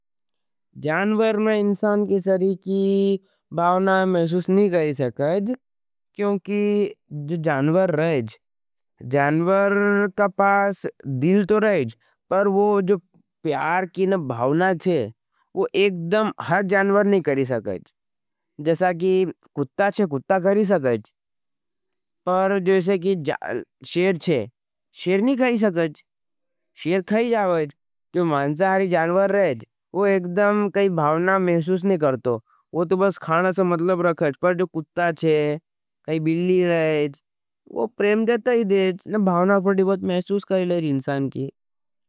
जानवर में इन्सान की सरीकी भावना मेसुस नहीं करी सकेज। क्योंकि जानवर रहेज। जानवर का पास दिल तो रहेज। पर वो जो प्यार की न भावना छे। वो एकडम हर जानवर नहीं करी सकेज। जैसा की कुट्टा छे, कुट्टा करी सकेज। पर जैसा की शेर छे, शेर नहीं करी सकेज। शेर करी जाओज। जो मान सहरी जानवर रहेज। वो एकडम काई भावना मेसुस नहीं करतो। वो तो बस खाना समदलब रखेज। पर जो कुट्टा छे, काई बिल्ली रहेज। वो प्रेम जता ही देज। ना भावनाओ महसूस करी थोड़ी बहुत इंसान की।